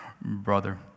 brother